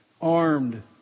armed